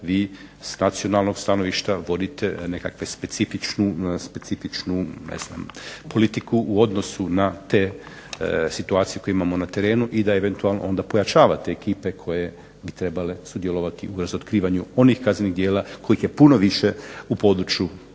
vi s nacionalnog stanovništva vodite nekakve specifičnu ne znam politiku u odnosu na te situacije koje imamo na terenu, i da eventualno onda pojačavate ekipe koje bi trebale sudjelovati u razotkrivanju onih kaznenih djela kojih je puno više u području